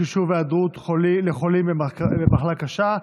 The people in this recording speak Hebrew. חישוב היעדרות לחולים במחלה קשה),